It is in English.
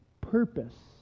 Purpose